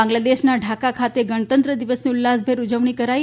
બાંગ્લાદેશના ઢાકા ખાતે ગણતંત્ર દિવસની ઉલ્લાસભરે ઉજવણી કરાઈ